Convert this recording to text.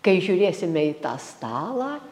kai žiūrėsime į tą stalą